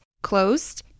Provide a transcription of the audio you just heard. closed